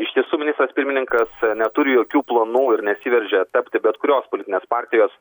iš tiesų ministras pirmininkas neturi jokių planų ir nesiveržia tapti bet kurios politinės partijos